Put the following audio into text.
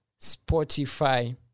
Spotify